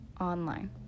online